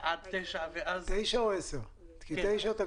הישיבה הייתה